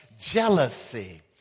Jealousy